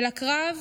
אל הקרב